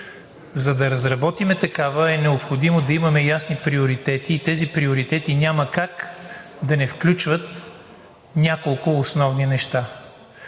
За да разработим такава, е необходимо да имаме ясни приоритети и те няма как да не включват няколко основни неща.